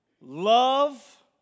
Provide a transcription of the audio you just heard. love